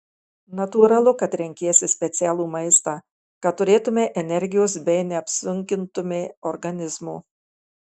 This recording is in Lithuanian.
natūralu kad renkiesi specialų maistą kad turėtumei energijos bei neapsunkintumei organizmo